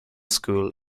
school